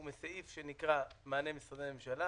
הוא מסעיף שנקרא מענה משרדי ממשלה.